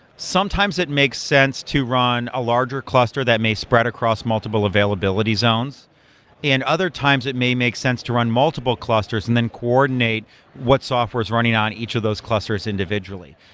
sometimes it makes sense to run a larger cluster that may spread across multiple availability zones and other times it may make sense to run multiple clusters and then coordinate what software is running on each of those clusters individually.